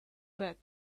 bed